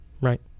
Right